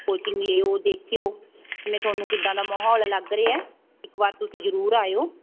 coaching ਲਿਓ ਦੇਖਿਓ ਜਿਵੇਂ ਤੁਹਾਨੂੰ ਕਿੱਦਾਂ ਦਾ ਮਾਹੌਲ ਲੱਗ ਰਿਹਾ ਇੱਕ ਵਾਰ ਤੁਸੀਂ ਜ਼ਰੂਰ ਆਇਓ